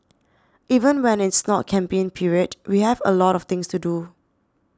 even when it's not campaign period we have a lot of things to do